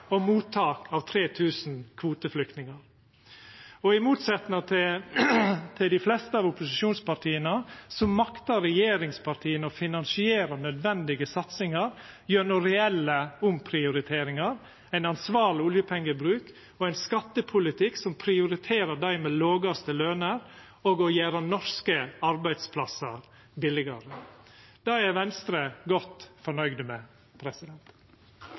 og mottak av 3 000 kvoteflyktningar. Og i motsetnad til dei fleste av opposisjonspartia maktar regjeringspartia å finansiera nødvendige satsingar gjennom reelle omprioriteringar, ein ansvarleg oljepengebruk og ein skattepolitikk som prioriterer dei med dei lågaste lønene, og å gjera norske arbeidsplassar billigare. Det er Venstre godt fornøgd med.